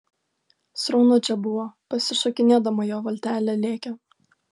sraunu čia buvo pasišokinėdama jo valtelė lėkė